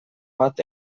bat